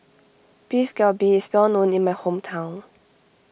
Beef Galbi is well known in my hometown